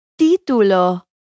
Título